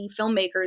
filmmakers